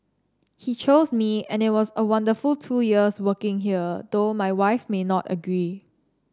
he chose me and it was a wonderful two years working here though my wife may not agree